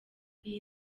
iyi